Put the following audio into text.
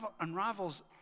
unravels